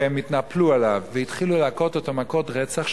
הם התנפלו עליו והתחילו להכות מכות רצח,